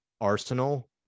arsenal